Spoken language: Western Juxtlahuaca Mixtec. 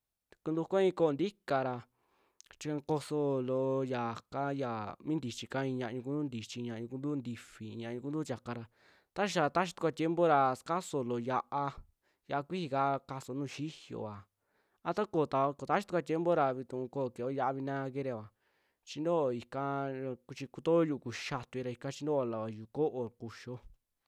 Ntukuo i'i ko'oo ntikaa ra chi kosoo loo yaka yaa mi ntichikaa, i'i ñiañu kuntuu ntichi, i'i ñiañu kuntuu ntifii, i'i ñiañu kuntu'u tiaka ra ta xaa taxitukua tiempo ra sukasuo loo xia'a, xia'a kuiji kaa kasuaa nuju xi'iyova a tu koo taxii tukua tiempora vutuu koo kio xi'ia vinagreva chintuoka, chi kutoo yuu kuxii xitaui ra ika chintuuo looa yu'u koo'o kuixio.